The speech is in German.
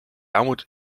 armut